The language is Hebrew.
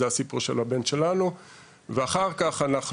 זה הסיפור של הבן שלנו ואחר כך אנחנו